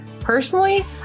Personally